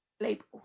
label